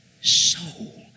soul